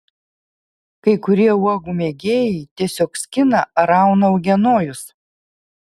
kai kurie uogų mėgėjai tiesiog skina ar rauna uogienojus